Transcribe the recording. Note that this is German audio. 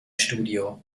studio